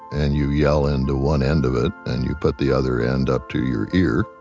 and you yell into one end of it, and you put the other end up to your ear,